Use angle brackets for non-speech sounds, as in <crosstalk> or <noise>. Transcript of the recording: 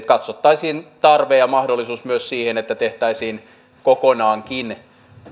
<unintelligible> katsottaisiin tarve ja mahdollisuus myös siihen että tehtäisiin kokonaankin